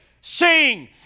sing